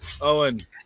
Owen